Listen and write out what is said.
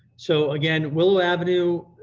so again, willow avenue,